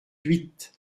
huit